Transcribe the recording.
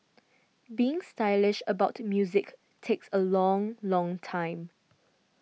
being stylish about music takes a long long time